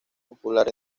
popular